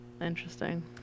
Interesting